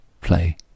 play